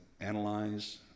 analyze